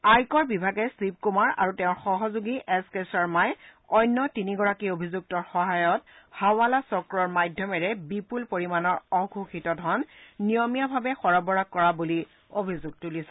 আয়কৰ বিভাগে শিৱকুমাৰ আৰু তেওঁৰ সহযোগী এছ কে শৰ্মাই অন্য তিনিগৰাকী অভিযুক্তৰ সহায়ত হাৱালা চক্ৰৰ মাধ্যমেৰে বিপুল পৰিমাণৰ অঘোষিত ধন নিয়মীয়াভাৱে সৰবৰাহ কৰা বুলি অভিযোগ তুলিছে